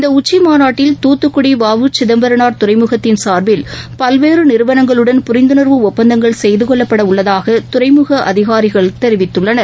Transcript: இந்தஉச்சிமாநாட்டில் தூத்துக்குடி வ உ சிதம்பரனாா் துறைமுகத்தின் சாா்பில் பல்வேறுநிறுவனங்களுடன் புரிந்துணா்வு ஒப்பந்தங்கள் செய்தகொள்ளப்படஉள்ளதாகதுறைமுகஅதிகாரிகள் தெரிவித்துள்ளனர்